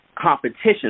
Competition